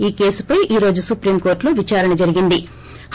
ఈ కేసుపై ఈ రోజు సప్రీం కోర్లులో విచారణ జరిగింద్